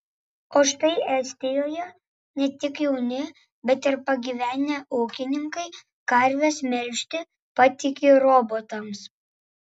o štai estijoje ne tik jauni bet ir pagyvenę ūkininkai karves melžti patiki robotams